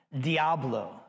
Diablo